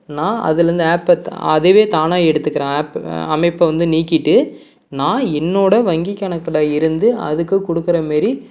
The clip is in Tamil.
நான் அதுலேருந்து ஆப்பை அதுவே தானாக எடுத்துக்கிற ஆப்பு அமைப்பை வந்து நீக்கிவிட்டு நான் என்னோட வங்கிக் கணக்கில் இருந்து அதுக்கு கொடுக்குற மாரி